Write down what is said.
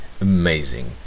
amazing